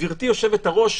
גברתי היושבת-ראש,